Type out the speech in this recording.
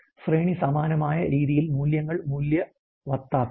ശ്രേണി സമാനമായ രീതിയിൽ മൂല്യങ്ങൾ മൂല്യവത്താക്കുന്നു